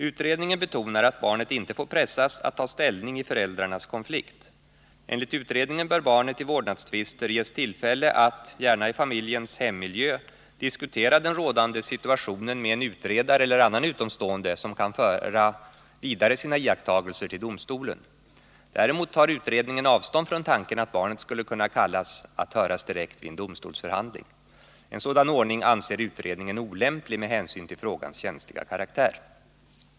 Utredningen betonar att barnet inte får pressas att ta ställning i föräldrarnas konflikt. Enligt utredningen bör barnet i vårdnadstvister ges tillfälle att, gärna i familjens hemmiljö, diskutera den rådande situationen med en utredare eller annan utomstående som kan föra vidare sina iakttagelser till domstolen. Däremot tar utredningen avstånd från tanken att barnet skulle kunna kallas att höras direkt vid en domstolsförhandling. En sådan ordning anser utredningen olämplig med hänsyn till frågans känsliga karaktär.